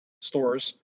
stores